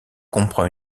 comprend